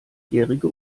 jährige